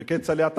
וכצל'ה,